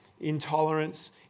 intolerance